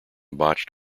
botched